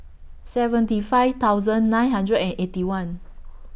seventy five thousand nine hundred and Eighty One